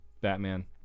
Batman